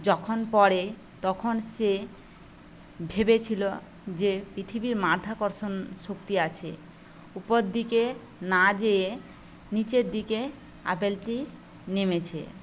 যখন পড়ে তখন সে ভেবেছিল যে পৃথিবীর মাধ্যাকর্ষণ শক্তি আছে উপর দিকে না যেয়ে নিচের দিকে আপেলটি নেমেছে